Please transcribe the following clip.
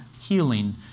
healing